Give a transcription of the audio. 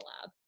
lab